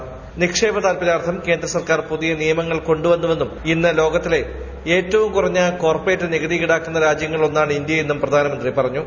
ന്റിക്ഷേപ താൽപര്യാർത്ഥം കേന്ദ്ര സർക്കാർ പുതിയ നിയമങ്ങൾ കൊണ്ടുവന്നുവെന്നും ഇന്ന് ലോകത്തിലെ ഏറ്റവും കുറഞ്ഞ കോർപ്പറേറ്റ് നികുതി ഈടാക്കുന്ന രാജ്യങ്ങളിലൊന്നാണ് ഇന്ത്യയെന്നും പ്രധാനമന്ത്രി പറഞ്ഞു